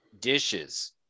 dishes